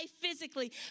physically